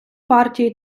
партії